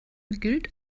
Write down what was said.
gilt